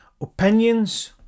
opinions